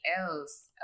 else